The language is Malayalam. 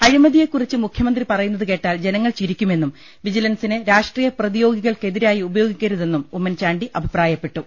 അഴിമതിയെക്കുറിച്ച് മുഖ്യമന്ത്രി പറയുന്നത് കേട്ടാൽ ജന ങ്ങൾ ചിരിക്കുമെന്നും വിജിലൻസിനെ രാഷ്ട്രീയ പ്രതിയോ ഗികൾക്കെതിരായി ഉപയോഗിക്കരുതെന്നും ഉമ്മൻചാണ്ടി അഭിപ്രായപ്പെട്ടു